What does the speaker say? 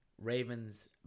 Ravens